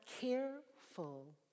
careful